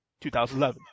2011